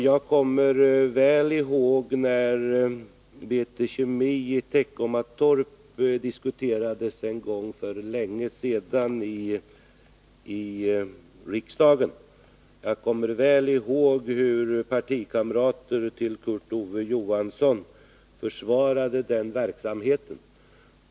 Jag kommer väl ihåg hur det var när fallet med BT Kemi AB i Teckomatorp diskuterades en gång för rätt länge sedan i riksdagen. Då försvarade partikamrater till Kurt Ove Johansson företagets verksamhet där.